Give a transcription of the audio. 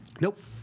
Nope